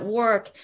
work